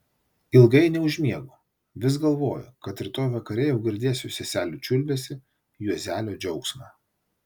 ilgai neužmiegu vis galvoju kad rytoj vakare jau girdėsiu seselių čiulbesį juozelio džiaugsmą